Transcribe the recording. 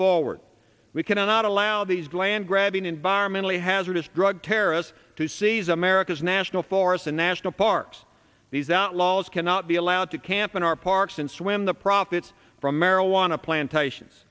forward we cannot allow these land grabbing environmentally hazardous drug terrorists to seize america's national forests and national parks these outlaws cannot be allowed to camp in our parks and swim the profits from marijuana plantations